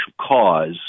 cause